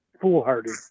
foolhardy